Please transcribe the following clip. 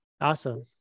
Awesome